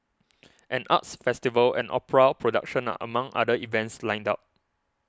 an arts festival and opera production are among other events lined up